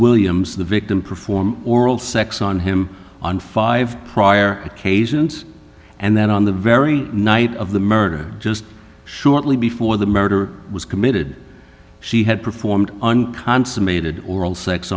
williams the victim perform oral sex on him on five prior occasions and then on the very night of the murder just shortly before the murder was committed she had performed unconsummated oral sex